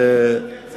אל תדאג,